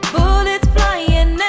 bullets flying